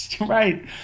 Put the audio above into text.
right